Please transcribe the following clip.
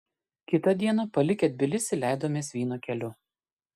kitą dieną palikę tbilisį leidomės vyno keliu